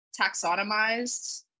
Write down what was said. taxonomized